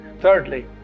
Thirdly